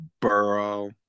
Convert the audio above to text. Burrow